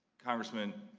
congressman,